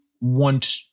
want